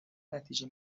نتیجه